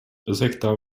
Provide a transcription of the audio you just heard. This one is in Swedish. ursäkta